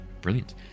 Brilliant